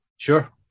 Sure